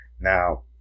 Now